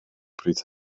pryd